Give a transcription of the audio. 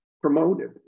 promoted